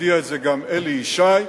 הודיע את זה גם אלי ישי,